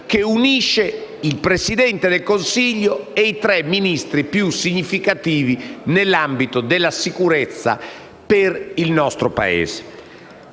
che unisce il Presidente del Consiglio e i tre Ministri più significativi nell'ambito della sicurezza per il nostro Paese.